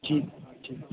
ٹھیک ہے ٹھیک ہے